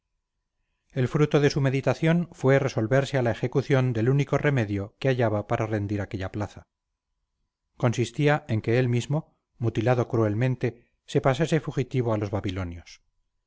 el fruto de su meditación fue resolverse a la ejecución del único remedio que hallaba para rendir aquella plaza consistía en que él mismo mutilado cruelmente se pasase fugitivo a los babilonios